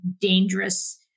dangerous